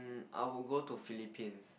I would go to Philippines